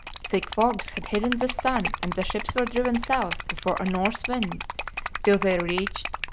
thick fogs had hidden the sun and the ships were driven south before a north wind till they reached,